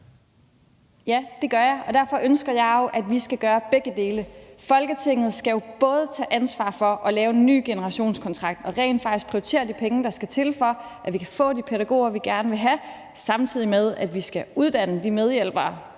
Ja, det gør jeg, og derfor ønsker jeg jo, at vi skal gøre begge dele. Folketinget skal jo både tage ansvar for at lave en ny generationskontrakt og rent faktisk prioritere de penge, der skal til, for at vi kan få de pædagoger, vi gerne vil have, samtidig med at vi skal uddanne de medhjælpere,